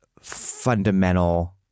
fundamental